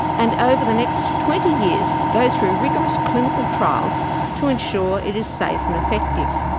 and over the next twenty years, go through rigorous clinical trials to ensure it is safe and effective.